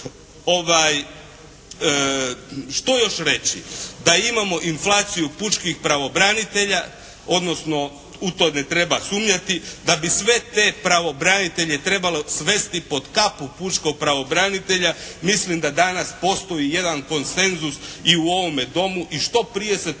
Što još reći? Da imamo inflaciju pučkih pravobranitelja, odnosno u to ne treba sumnjati. Da bi sve te pravobranitelje trebalo svesti pod kapu pučkog pravobranitelja mislim da danas postoji jedan konsenzus i u ovome Domu i što prije se to dogodi